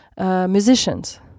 musicians